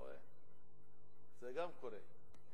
זה גם קורה.